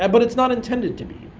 and but it's not intended to be.